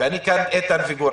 איתן וגור,